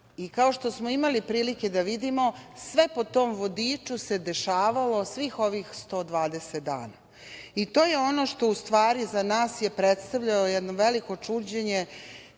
što smo imali prilike da vidimo, sve po tom vodiču se dešavalo svih ovih 120 dana. I to je ono što, u stvari, za nas je predstavljao jedno veliko čuđenje